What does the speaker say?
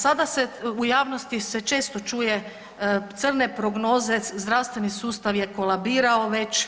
Sada se u javnosti često čuje crne prognoze, zdravstveni sustav je kolebirao već.